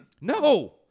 No